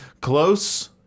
Close